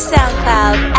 Soundcloud